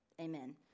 Amen